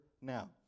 now